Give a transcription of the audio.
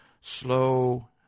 slow